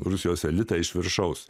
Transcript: rusijos elitą iš viršaus